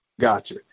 gotcha